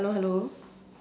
hello hello